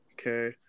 Okay